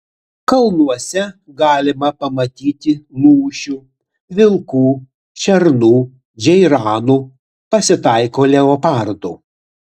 kalnuose galima pamatyti lūšių vilkų šernų džeiranų pasitaiko leopardų